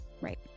Right